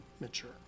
mature